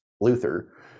Luther